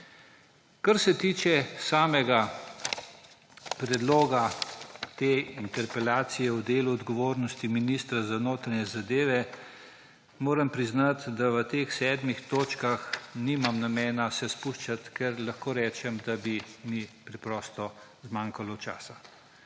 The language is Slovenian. Kar se tiče samega predloga te interpelacije o delu odgovornosti ministra za notranje zadeve, moram priznati, da se v teh sedem točkah nimam namena spuščati, ker lahko rečem, da bi mi preprosto zmanjkalo časa.